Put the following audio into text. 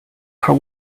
for